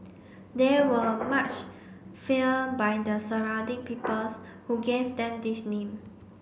they were much feared by the surrounding peoples who gave them this name